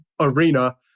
arena